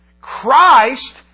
Christ